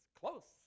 close